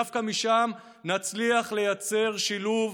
דווקא משם נצליח לייצר שילוב,